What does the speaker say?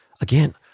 again